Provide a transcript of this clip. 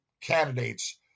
candidates